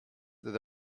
that